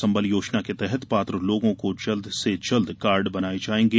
संबल योजना के तहत पात्र लोगों के जल्द से जल्द कार्ड़ बनाये जायेंगे